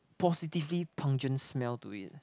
positively pungent smell to it